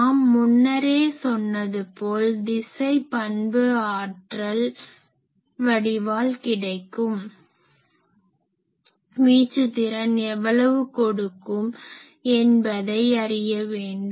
நாம் முன்னரே சொன்னது போல் திசை பண்பு ஆற்றல் வடிவால் கிடைக்கும் வீச்சு திறன் எவ்வளவு கொடுக்கும் என்பதை அறிய வேண்டும்